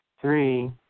Three